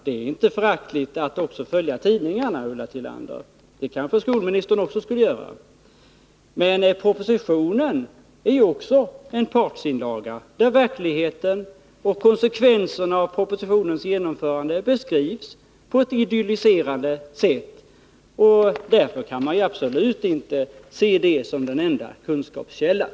Det är inte föraktligt att också följa tidningarna, Ulla Tillander — det kanske även skolministern borde göra. Propositionen är en partsinlaga, där verkligheten och konsekvenserna av propositionens genomförande beskrivs på ett idylliserande sätt. Därför kan man absolut inte se den som den enda kunskapskällan.